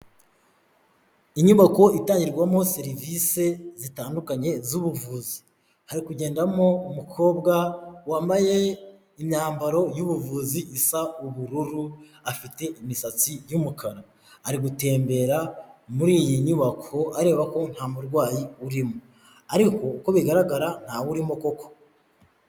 Inyubako itangirwamo serivisi zitandukanye z'ubuvuzi, hari kugendamo umukobwa wambaye imyambaro y'ubuvuzi isa ubururu, afite imisatsi y'umukara. Ari gutembera muri iyi nyubako areba ko nta murwayi urimo ariko uko bigaragara ntawurimo koko.